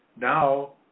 now